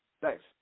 Thanks